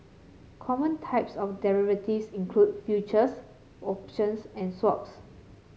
common types of derivatives include futures options and swaps